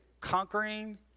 conquering